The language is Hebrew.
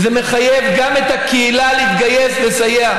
וזה מחייב גם את הקהילה להתגייס לסייע,